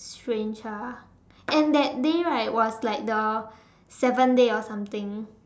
strange ah and that day right was like the seventh day or something